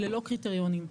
ללא קריטריונים.